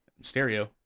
stereo